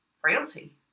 frailty